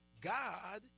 God